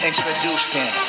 Introducing